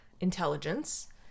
intelligence